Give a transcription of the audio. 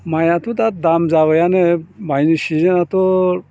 माइयाथ' दा दाम जाबायानो माइनि सिजेनआथ'